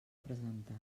presentar